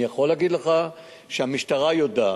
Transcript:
אני יכול להגיד לך שהמשטרה יודעת,